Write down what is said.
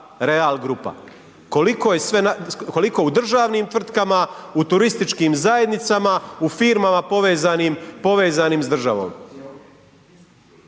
Real grupa, koliko u državnim tvrtkama, u turističkim zajednicama, u firmama povezanim, povezanim